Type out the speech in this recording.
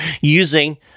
using